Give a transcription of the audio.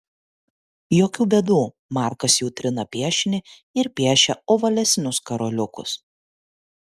jokių bėdų markas jau trina piešinį ir piešia ovalesnius karoliukus